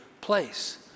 place